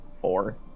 Four